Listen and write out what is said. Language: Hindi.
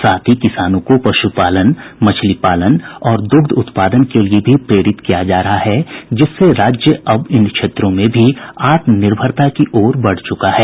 साथ ही किसानों को पशुपालन मछली पालन और दुग्ध उत्पादन के लिये भी प्रेरित किया जा रहा है जिससे राज्य अब इन क्षेत्रों में भी आत्मनिर्भरता की ओर बढ़ चूका है